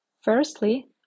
Firstly